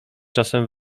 czasem